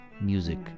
music